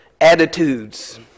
attitudes